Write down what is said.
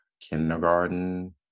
kindergarten